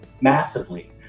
massively